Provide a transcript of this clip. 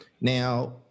Now